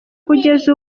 kugeza